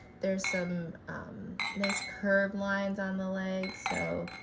there's some nice curved lines on the legs so